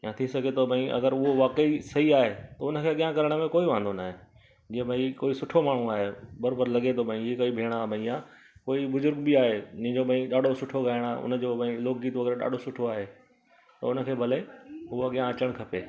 या थी सघे थो भई अगरि उहो वाक़ई सही आहे त हुनखे अॻियां करण में कोई वांदो नाहे जीअं भई कोई सुठो माण्हू आहे बराबरि लॻे थो भई ई काई भेण आहे भैया कोई बुज़ुर्ग बि आहे हिनजो भाई ॾाढो सुठो गायणु आहे हुनजो भई लोक गीत वग़ैरह ॾाढो सुठो आहे त हुनखे भले पोइ अॻियां अचणु खपे